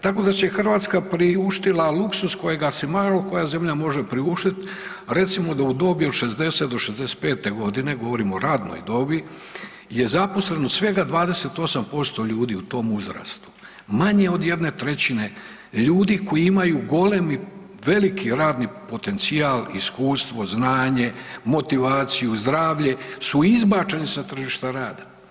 Tako da si je Hrvatska priuštila luksuz kojega si malo koja zemlja priuštiti recimo da u dobi od 60 do 65 godina, govorim o radnoj dobi je zaposleno svega 28% ljudi u tom uzrastu, manje od 1/3 ljudi koji imaju golemi, veliki radni potencijal, iskustvo, znanje, motivaciju, zdravlje su izbačeni sa tržišta rada.